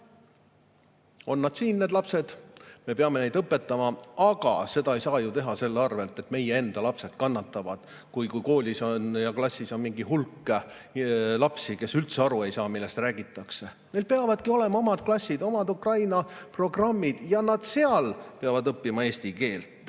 on nad siin, need lapsed, me peame neid õpetama. Aga seda ei saa teha selle arvel, et meie enda lapsed kannatavad, kui koolis ja klassis on mingi hulk lapsi, kes üldse aru ei saa, millest räägitakse. Neil peavadki olema omad klassid, omad Ukraina programmid ja seal nad peavad õppima eesti keelt.